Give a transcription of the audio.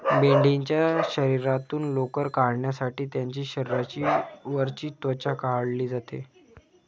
मेंढीच्या शरीरातून लोकर काढण्यासाठी त्यांची शरीराची वरची त्वचा काढली जाते